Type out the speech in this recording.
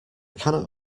cannot